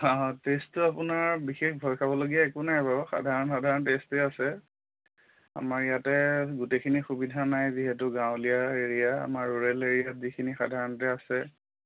অঁ অঁ টেষ্টটো আপোনাৰ বিশেষ ভয় খাবলগীয়া একো নাই বাৰু সাধাৰণ সাধাৰণ টেষ্টেই আছে আমাৰ ইয়াতে গোটেইখিনি সুবিধা নাই যিহেতু গাঁৱলীয়া এৰিয়া আমাৰ ৰুৰেল এৰিয়াত যিখিনি সাধাৰণতে আছে